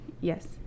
Yes